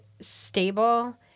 stable